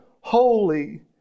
holy